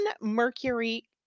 Mercury